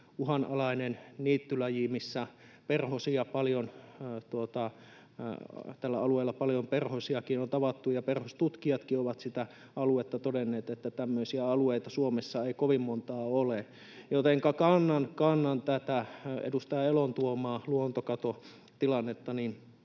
uhanalainen niittylaji, kun tällä alueella on paljon perhosiakin tavattu, ja perhostutkijatkin ovat todenneet, että tämmöisiä alueita Suomessa ei kovin montaa ole, jotenka kannan huolta tästä edustaja Elon tuomasta luontokatotilanteesta